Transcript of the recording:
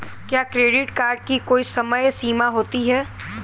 क्या credit card की कोई समय सीमा होती है?